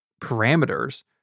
parameters